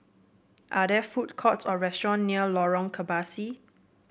are there food courts or restaurant near Lorong Kebasi